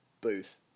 booth